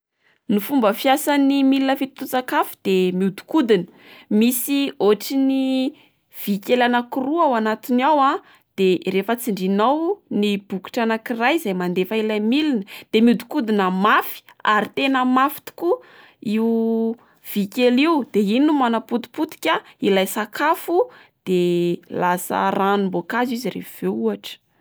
Ny fomba fiasan'ny milina fitotoan-tsakafo de miodikodina misy otriny vy kely anaky roa ao anatiny ao a de rehefa tsindrinao ny bokotra anak'iray izay mandefa ilay milina de miodikodina mafy ary tena mafy tokoa io vy kely io de iny no manapotipotika ilay sakafo de lasa ranom-boakazo izy rehefa avy eo ohatra.